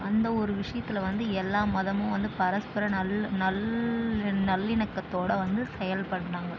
அந்த ஒரு விஷயத்தில் வந்து எல்லாம் மதமும் வந்து பரஸ்பர நல்ல நல் நல்லிணக்கத்தோடு வந்து செயல்படுகிறாங்க